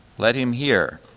let him hear.